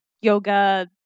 yoga